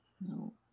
no